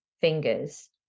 fingers